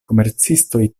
komercistoj